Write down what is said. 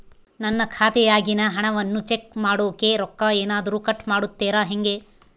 ನನ್ನ ಖಾತೆಯಾಗಿನ ಹಣವನ್ನು ಚೆಕ್ ಮಾಡೋಕೆ ರೊಕ್ಕ ಏನಾದರೂ ಕಟ್ ಮಾಡುತ್ತೇರಾ ಹೆಂಗೆ?